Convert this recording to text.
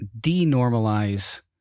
denormalize